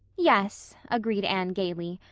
yes, agreed anne gaily,